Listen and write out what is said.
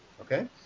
okay